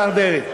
השר דרעי,